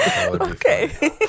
okay